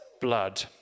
blood